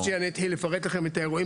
עוד שנייה אני אתחיל לפרט לכם את האירועים